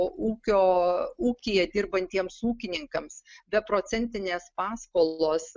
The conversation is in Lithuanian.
ūkio ūkyje dirbantiems ūkininkams beprocentinės paskolos